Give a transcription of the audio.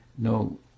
No